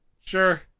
Sure